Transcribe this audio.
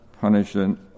punishment